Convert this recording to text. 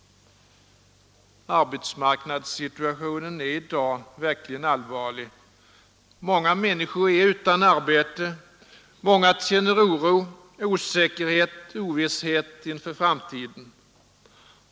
Arbetsmarknadssituationen är i dag verkligen allvarlig. Många människor är utan arbete. Många känner oro, osäkerhet, ovisshet inför framtiden.